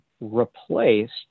replaced